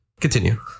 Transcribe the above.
continue